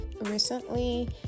recently